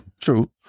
true